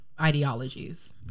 ideologies